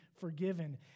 forgiven